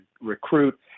recruit